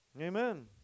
Amen